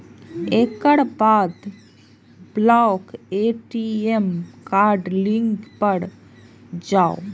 एकर बाद block ATM card link पर जाउ